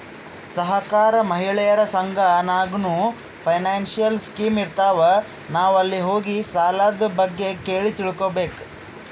ಸಹಕಾರ, ಮಹಿಳೆಯರ ಸಂಘ ನಾಗ್ನೂ ಫೈನಾನ್ಸಿಯಲ್ ಸ್ಕೀಮ್ ಇರ್ತಾವ್, ನಾವ್ ಅಲ್ಲಿ ಹೋಗಿ ಸಾಲದ್ ಬಗ್ಗೆ ಕೇಳಿ ತಿಳ್ಕೋಬೇಕು